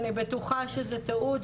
אני בטוחה שזה טעות.